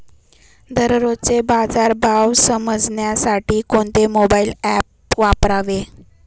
दररोजचे बाजार भाव समजण्यासाठी कोणते मोबाईल ॲप वापरावे?